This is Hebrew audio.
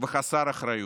וחסר אחריות.